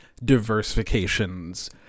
diversifications